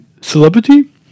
celebrity